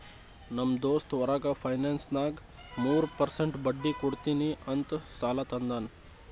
ನಮ್ ದೋಸ್ತ್ ಹೊರಗ ಫೈನಾನ್ಸ್ನಾಗ್ ಮೂರ್ ಪರ್ಸೆಂಟ್ ಬಡ್ಡಿ ಕೊಡ್ತೀನಿ ಅಂತ್ ಸಾಲಾ ತಂದಾನ್